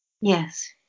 Yes